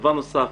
דבר נוסף,